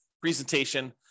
presentation